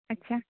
ᱟᱪᱪᱷᱟ